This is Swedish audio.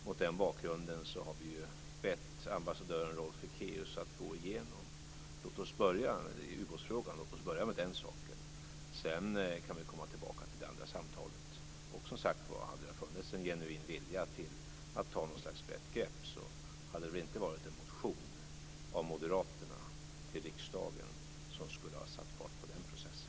Mot den bakgrunden har vi ju bett ambassadören Rolf Ekéus att gå igenom detta. Låt oss börja med ubåtsfrågan. Sedan kan vi komma tillbaka till det andra samtalet. Och, som sagt var, om det hade funnits en genuin vilja att ta något slags brett grepp hade det väl inte varit en motion av moderaterna till riksdagen som skulle ha satt fart på den processen.